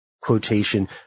Quotation